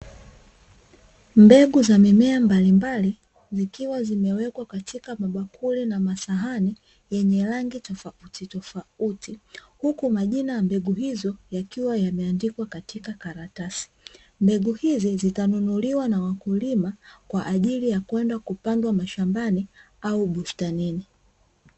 Mbegu za mimea mbalimbali zikiwa zimewekwa katika mabakuli na masahani yenye rangi tofautitofauti, huku majina ya mbegu hizo yakiwa yameandikwa katika karatasi. Mbegu hizi zitanunuliwa na wakulima, kwa ajili ya kwenda kupandwa mashambani au bustanini.